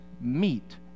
meet